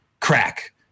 Crack